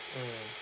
mm